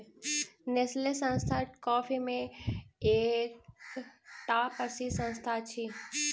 Nestle संस्थान coffee के एकटा प्रसिद्ध संस्थान अछि